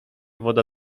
woda